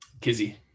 Kizzy